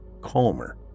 calmer